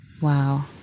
Wow